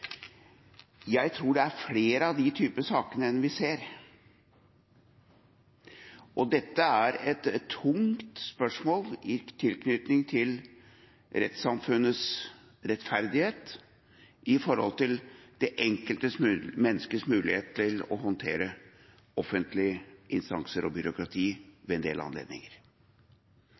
Jeg tror det er flere av den type saker enn dem vi ser, og dette er et tungt spørsmål i tilknytning til rettssamfunnets rettferdighet med hensyn til det enkelte menneskets mulighet til å håndtere offentlige instanser og byråkrati ved en del anledninger.